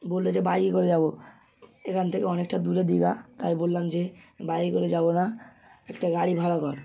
বলল যে বাইকে করে যাব এখান থেকে অনেকটা দূরে দিঘা তাই বললাম যে বাইকে করে যাব না একটা গাড়ি ভাড়া কর